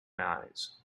eyes